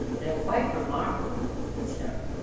they're quite remarkable since sarah.